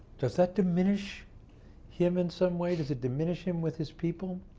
does that diminish him in some way? does it diminish him with his people?